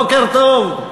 בוקר טוב.